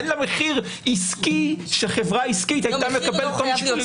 אין לה מחיר עסקי שחברה עסקית הייתה מקבלת אותו משיקולים עסקיים.